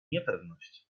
niepewność